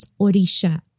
orisha